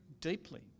deeply